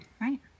Right